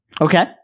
Okay